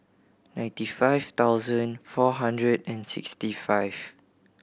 ninety five thousand four hundred and sixty five